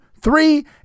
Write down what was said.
three